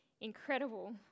incredible